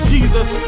Jesus